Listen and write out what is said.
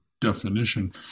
definition